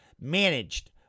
managed